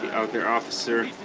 out there officer